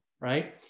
right